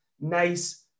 nice